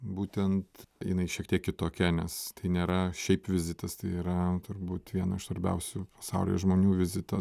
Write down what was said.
būtent jinai šiek tiek kitokia nes tai nėra šiaip vizitas tai yra turbūt vieno iš svarbiausių pasauly žmonių vizitas